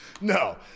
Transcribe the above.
no